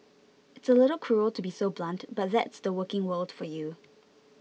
it's a little cruel to be so blunt but that's the working world for you